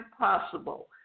impossible